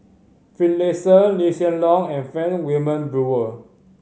Finlayson Lee Hsien Loong and Frank Wilmin Brewer